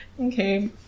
Okay